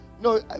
no